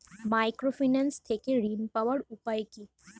Microfinance থেকে ঋণ পাওয়ার উপায় কি?